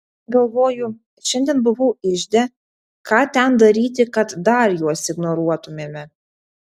galvoju šiandien buvau ižde ką ten daryti kad dar juos ignoruotumėme